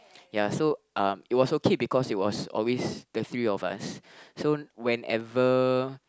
ya so um it was okay because it was always the three of us so whenever